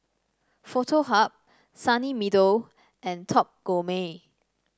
Foto Hub Sunny Meadow and Top Gourmet